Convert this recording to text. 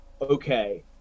okay